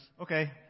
Okay